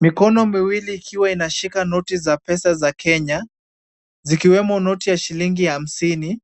Mikono miwili ikiwa inashika noti za pesa za Kenya, zikiwemo noti ya shillingi hamsini